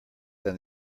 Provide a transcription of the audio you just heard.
than